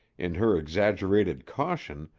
in her exaggerated caution,